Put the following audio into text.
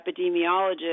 epidemiologist